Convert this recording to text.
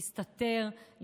להסתתר,